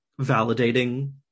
validating